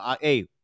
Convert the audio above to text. hey